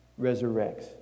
resurrects